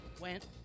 Went